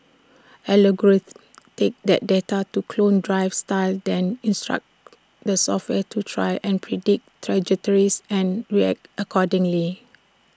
algorithms take that data to clone driving styles then instruct the software to try and predict trajectories and react accordingly